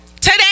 Today